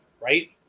right